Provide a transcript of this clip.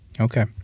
Okay